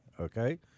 okay